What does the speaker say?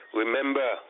remember